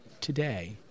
today